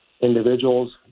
individuals